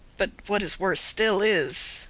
but what is worse still is,